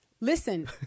Listen